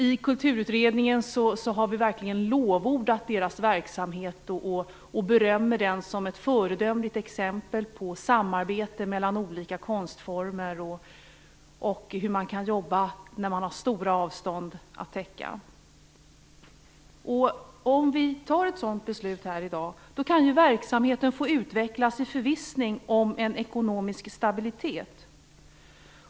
I Kulturutredningen har vi verkligen lovordat deras verksamhet och berömmer den som ett föredömligt exempel på samarbete mellan olika konstformer och hur man kan jobba när man har stora avstånd att täcka. Om vi fattar ett sådant beslut här i dag kan verksamheten få utvecklas i förvissning om en ekonomisk stabilitet.